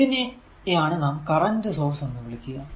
ഇതിനെയാണ് നാം current source എന്ന് വിളിക്കുക